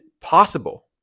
possible